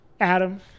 Adam